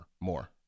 more